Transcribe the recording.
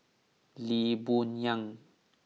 Lee Boon Yang